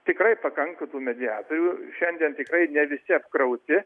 tikrai pakanka tų mediatorių šiandien tikrai ne visi apkrauti